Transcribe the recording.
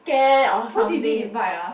Claire or something